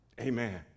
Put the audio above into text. Amen